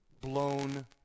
Blown